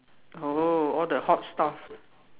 oh all the hot stuff